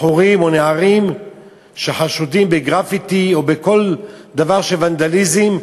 בחורים או נערים שחשודים בגרפיטי או בכל דבר של ונדליזם.